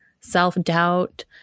self-doubt